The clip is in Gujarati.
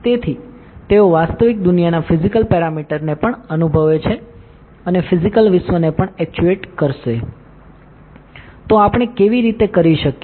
તેથી તેઓ વાસ્તવિક દુનિયાના ફિઝિકલ પેરમીટરને પણ અનુભવે છે અને ફિઝિકલ વિશ્વને પણ એક્ચ્યુએટ કરસે તો આપણે કેવી રીતે કરી શકીએ